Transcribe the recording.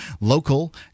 local